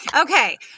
Okay